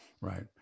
Right